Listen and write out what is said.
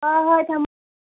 ꯍꯣꯏ ꯍꯣꯏ ꯊꯝꯃꯣ